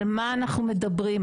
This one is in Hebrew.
על מה אנחנו מדברים?